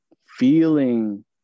feeling